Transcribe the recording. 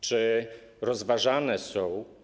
Czy rozważane są.